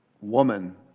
woman